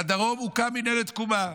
לדרום הוקמה מינהלת תקומה,